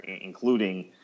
including